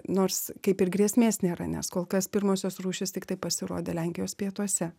nors kaip ir grėsmės nėra nes kol kas pirmosios rūšys tiktai pasirodė lenkijos pietuose